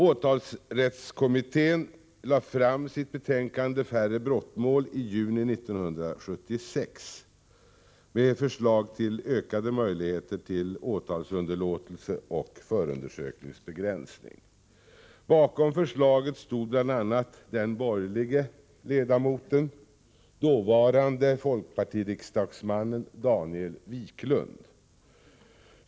Åtalsrättskommittén lade i juni 1976 fram sitt betänkande Färre brottmål med förslag till ökade möjligheter till åtalsunderlåtelse och förundersökningsbegränsning. Bakom förslaget stod bl.a. den borgerlige ledamoten, dåvarande folkpartiriksdagsmannen Daniel Wiklund.